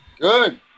Good